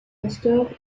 pasteur